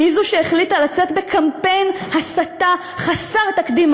היא זו שהחליטה לצאת בקמפיין הסתה חסר תקדים,